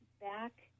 back